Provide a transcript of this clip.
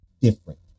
different